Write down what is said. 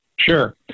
Sure